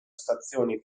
stazioni